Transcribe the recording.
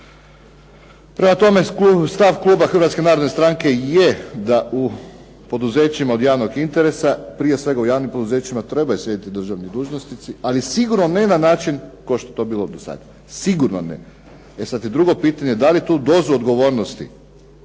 Prema tome, stav kluba Hrvatske narodne stranke je da u poduzećima od javnog interesa, prije svega u javnim poduzećima trebaju sjediti državni dužnosnici, ali sigurno ne na način kao što je to bilo do sada. Sigurno ne. E sad je drugo pitanje da li tu dozu odgovornosti